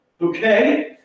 Okay